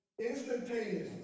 instantaneously